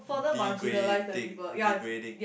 degrading degrading